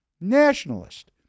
nationalist